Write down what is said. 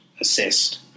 assessed